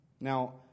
Now